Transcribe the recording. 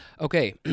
Okay